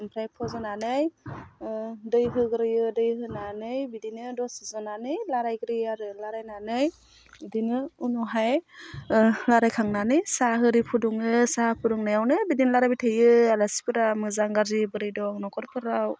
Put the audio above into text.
ओमफ्राय फज'नानै दै होग्रोयो दै होनानै बिदिनो दसे जनानै लारायग्रोयो आरो रायलायनानै बिदिनो उनावहाय रायलायखांनानै साहा आरि फुदुङो साहा फुदुंनायावनो बिदिनो रालायबाय थायो आलासिफोरा मोजां गाज्रि बोरै दं न'खरफोराव